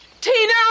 tina